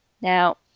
now